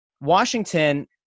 Washington